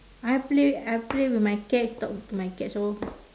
I play I play with my cat talk to my cat so